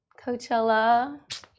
Coachella